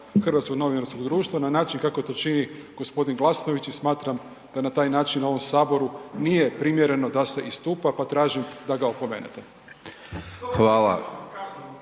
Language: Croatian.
Hrvatskog novinarskog društva na način kako to čini gospodin Glasnović i smatram da na taj način u ovom saboru nije primjereno da se istupa pa tražim da ga opomenete. **Hajdaš